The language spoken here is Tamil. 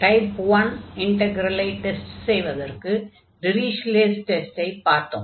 டைப் 1 இன்டக்ரலை டெஸ்ட் செய்வதற்கு டிரிஷ்லே'ஸ் டெஸ்டை Dirichlet's test பார்த்தோம்